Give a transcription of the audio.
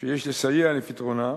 שיש לסייע לפתרונה,